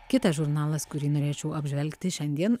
kitas žurnalas kurį norėčiau apžvelgti šiandien